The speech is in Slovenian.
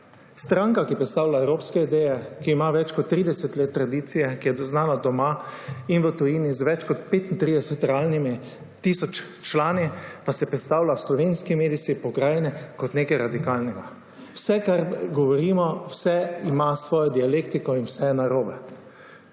Stranka, ki predstavlja evropske ideje, ki ima več kot 30 let tradicije, ki je znana doma in v tujini z več kot 35 tisoč realnimi člani, pa se predstavlja v slovenski medijski krajini kot nekaj radikalnega. Vse, kar govorimo, vse ima svojo dialektiko in vse je narobe.